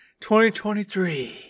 2023